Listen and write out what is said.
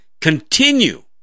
continue